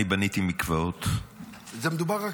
אני בניתי מקוואות --- מדובר,